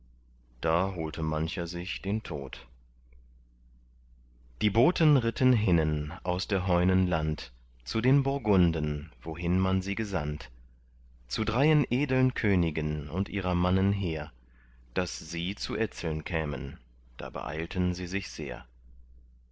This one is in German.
da holte mancher sich den tod die boten ritten hinnen aus der heunen land zu den burgunden wohin man sie gesandt zu dreien edeln königen und ihrer mannen heer daß sie zu etzeln kämen da beeilten sie sich sehr